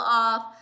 off